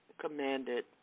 commanded